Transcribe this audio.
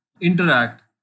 interact